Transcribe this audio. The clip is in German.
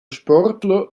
sportler